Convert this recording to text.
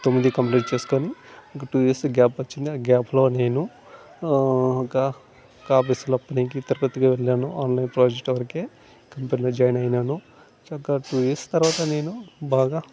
తొమ్మిది కంప్లీట్ చేసుకుని ఇంకో టూ ఇయర్సు గ్యాప్ వచ్చింది ఆ గ్యాప్లో నేను ఒక ఆఫీసులో పనికి వెళ్ళాను ఆన్లైన్ ప్రోజెక్ట్ వరకే కంపెనీలో జాయిన్ అయినాను చక్కగా టూ ఇయర్స్ తర్వాత నేను బాగా